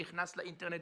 נכנס לאינטרנט,